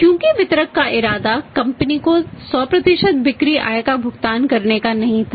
क्योंकि वितरक का इरादा कंपनी को 100 बिक्री आय का भुगतान करने का नहीं था